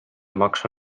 maksa